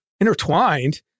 Intertwined